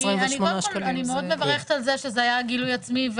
אני קודם כל מאוד מברכת על זה שזה היה גילוי עצמי,